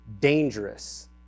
dangerous